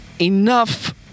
enough